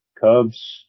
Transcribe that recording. Cubs